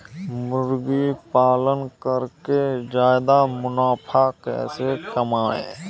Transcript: मुर्गी पालन करके ज्यादा मुनाफा कैसे कमाएँ?